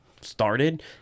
started